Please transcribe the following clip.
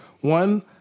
One